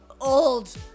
old